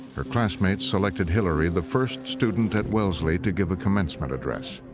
her classmates selected hillary the first student at wellesley to give a commencement address.